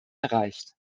erreicht